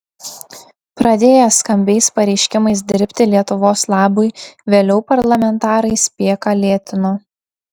pradėję skambiais pareiškimais dirbti lietuvos labui vėliau parlamentarai spėką lėtino